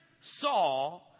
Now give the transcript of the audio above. saw